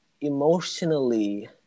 emotionally